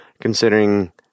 considering